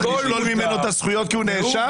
תשלול ממנו את הזכויות כי הוא נאשם?